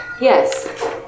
Yes